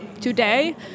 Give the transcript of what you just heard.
today